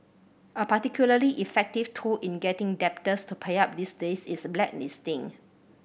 a particularly effective tool in getting debtors to pay up these days is blacklisting